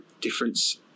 difference